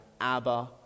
Abba